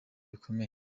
bikomeye